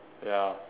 ya